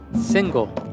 Single